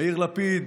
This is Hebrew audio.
יאיר לפיד,